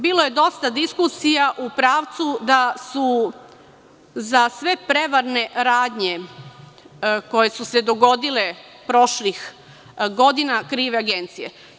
Bilo je dosta diskusija u pravcu da su za sve prevarne radnje, koje su se dogodile prošlih godina, krive agencije.